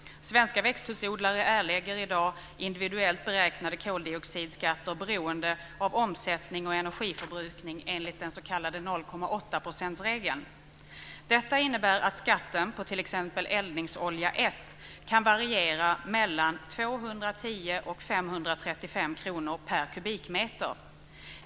procentsregeln. Detta innebär att skatten på t.ex. eldningsolja 1 kan variera mellan 210 och 535 kr per kubikmeter.